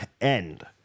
end